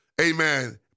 Amen